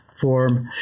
form